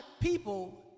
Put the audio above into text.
people